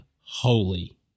holy